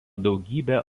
daugybę